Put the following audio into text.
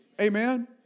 Amen